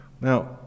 Now